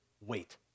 Wait